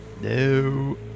No